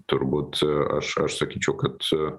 turbūt aš aš sakyčiau kad